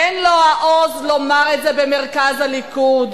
אין לו העוז לומר את זה במרכז הליכוד,